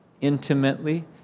intimately